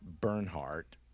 Bernhardt